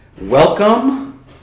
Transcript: Welcome